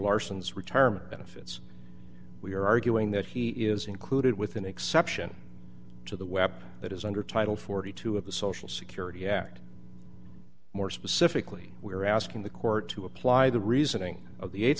larson's retirement benefits we are arguing that he is included with an exception to the weapon that is under title forty two of the social security act more specifically we are asking the court to apply the reasoning of the